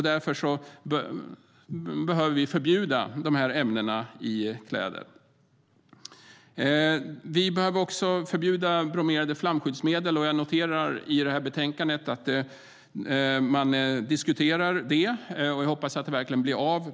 Därför behöver vi förbjuda de ämnena i kläder. Vi behöver också förbjuda bromerade flamskyddsmedel. Jag noterar i betänkandet att man diskuterar det. Och jag hoppas att det verkligen blir av.